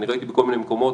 ראיתי בכל מיני מקומות.